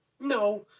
No